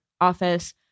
office